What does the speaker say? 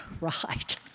right